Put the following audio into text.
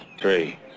three